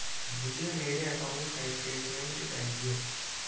मुझे मेरे अकाउंट का स्टेटमेंट चाहिए?